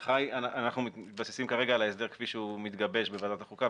אנחנו מתבססים כרגע על ההסדר כפי שהוא מתגבש בוועדת החוקה,